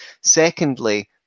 Secondly